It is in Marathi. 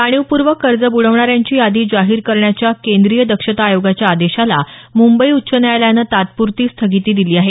जाणीवपूर्वक कर्ज बुडवणाऱ्यांची यादी जाहीर करण्याच्या केंद्रीय दक्षता आयोगाच्या आदेशाला मुंबई उच्च न्यायालयानं तात्पुरती स्थगिती दिली आहे